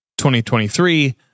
2023